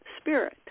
spirit